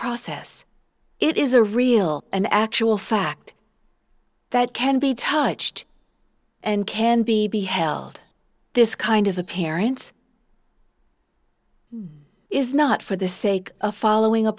process it is a real and actual fact that can be touched and can be beheld this kind of the parent is not for the sake of following a